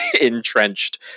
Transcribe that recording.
entrenched